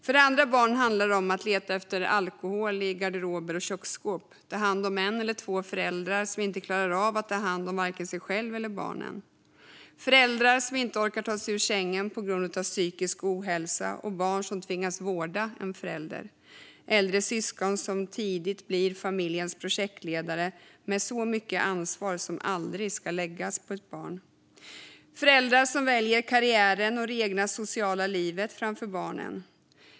För andra barn handlar det om att leta efter alkohol i garderober och köksskåp och om att ta hand om en eller två föräldrar som inte klarar av att ta hand om sig själva eller barnen. Det finns föräldrar som inte orkar ta sig ur sängen på grund av psykisk ohälsa och barn som tvingas vårda en förälder. Det finns äldre syskon som tidigt blir familjens projektledare med mycket ansvar som aldrig ska läggas på ett barn. Det finns föräldrar som väljer karriären och det egna sociala livet framför barnen.